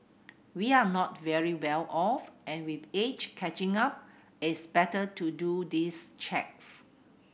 we're not very well off and with age catching up it's better to do these checks